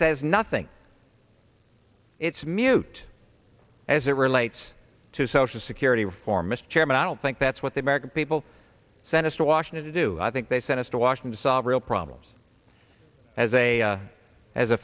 says nothing it's mute as it relates to social security reform mr chairman i don't think that's what the american people sent us to washington to do i think they sent us to washington solve real problems as a as a